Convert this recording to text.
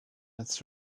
its